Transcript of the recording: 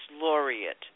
Laureate